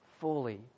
fully